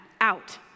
out